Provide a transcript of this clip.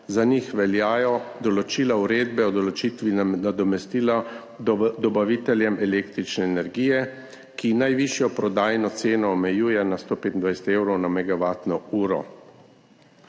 Za njih veljajo določila Uredbe o določitvi nadomestila dobaviteljem električne energije, ki najvišjo prodajno ceno omejuje na 125 evrov na megavatno uro.